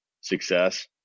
success